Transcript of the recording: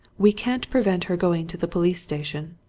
we can't prevent her going to the police-station.